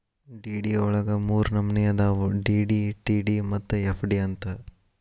DD ವಳಗ ಮೂರ್ನಮ್ನಿ ಅದಾವು ಡಿ.ಡಿ, ಟಿ.ಡಿ ಮತ್ತ ಎಫ್.ಡಿ ಅಂತ್